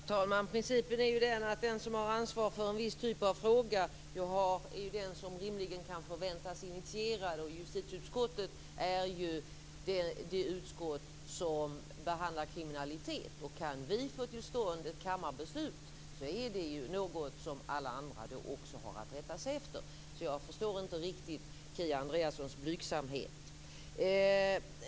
Herr talman! Principen är den att den som har ansvar för en viss typ av fråga är den som rimligen kan förväntas initiera den. Justitieutskottet är ju det utskott som behandlar kriminalitet, och om vi kan få till stånd ett kammarbeslut är det något som alla andra också har att rätta sig efter. Jag förstår inte riktigt Kia Andreassons blygsamhet.